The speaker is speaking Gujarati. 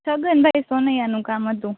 છગન ભાઈ સોનૈયાનું કામ હતું